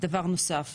דבר נוסף,